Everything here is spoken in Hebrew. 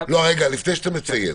לפני שאתה מציין,